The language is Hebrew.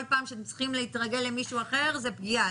כל פעם שהם צריכים להתרגל למישהו אחר זו פגיעה.